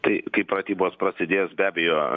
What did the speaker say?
tai kai pratybos prasidės be abejo